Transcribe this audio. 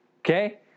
Okay